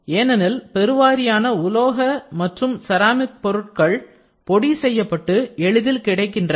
ஏனெனில் பெருவாரியான உலோக மற்றும் செராமிக் பொருட்கள் பொடி செய்யப்பட்டு எளிதில் கிடைக்கின்றன